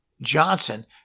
Johnson